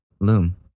Loom